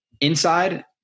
inside